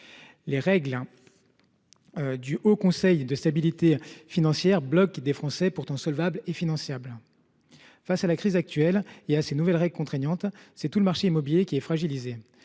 Les règles du Haut Conseil de stabilité financière bloquent des Français pourtant solvables et finançables. Face à la crise actuelle et à ces nouvelles règles contraignantes, c’est tout le marché immobilier qui est fragilisé.